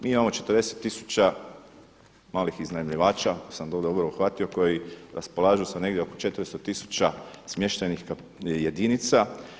Mi imao 40 tisuća malih iznajmljivača ako sam to dobro uhvatio koji raspolažu sa negdje oko 400 tisuća smještajnih jedinica.